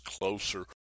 closer